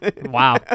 Wow